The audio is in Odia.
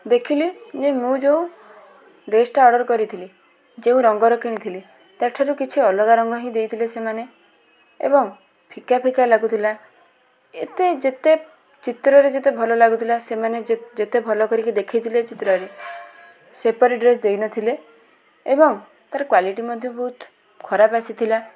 ଦେଖିଲି ଯେ ମୁଁ ଯେଉଁ ଡ୍ରେସ୍ଟା ଅର୍ଡ଼ର କରିଥିଲି ଯେଉ ରଙ୍ଗର କିଣିଥିଲି ତା'ଠାରୁ କିଛି ଅଲଗା ରଙ୍ଗ ହିଁ ଦେଇଥିଲେ ସେମାନେ ଏବଂ ଫିକା ଫିକା ଲାଗୁଥିଲା ଏତେ ଯେତେ ଚିତ୍ରରେ ଯେତେ ଭଲ ଲାଗୁଥିଲା ସେମାନେ ଯେ ଯେତେ ଭଲ କରି ଦେଖାଇଥିଲେ ଚିତ୍ରରେ ସେପରି ଡ୍ରେସ୍ ଦେଇନଥିଲେ ଏବଂ ତା'ର କ୍ଵାଲିଟି ମଧ୍ୟ ବହୁତ ଖରାପ ଆସିଥିଲା